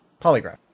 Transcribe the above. polygraph